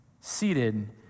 seated